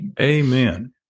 Amen